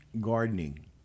gardening